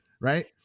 right